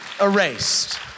erased